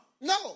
no